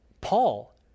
Paul